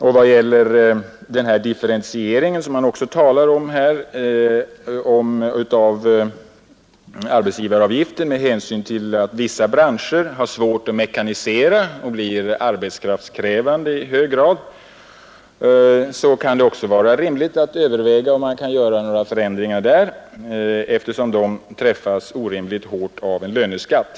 Vad beträffar den differentiering som man här talar om av arbetsgivaravgiften med hänsyn till att vissa branscher har svårt att mekanisera och blir arbetskraftskrävande i hög grad kan det också vara rimligt att överväga, om man kan göra några förändringar där, eftersom dessa branscher träffas orimligt hårt av en löneskatt.